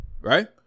right